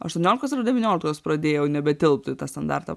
aštuoniolikos devyniolikos pradėjau nebetilpt į tą standartą